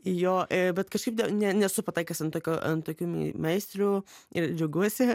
jo bet kažkaip ne ne nesu pataikęs ant tokio ant tokių meistrių ir džiaugiuosi